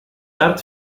tard